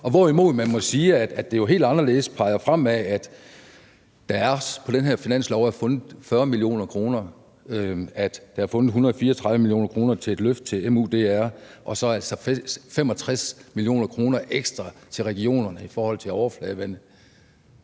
Hvorimod man må sige, at det jo helt anderledes peger fremad, at der på den her finanslov er fundet 40 mio. kr., der er fundet 134 mio. kr. til et løft til MUDP og så altså 65 mio. kr. ekstra til regionerne i forhold til overfladevandet.